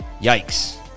yikes